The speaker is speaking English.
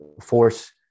force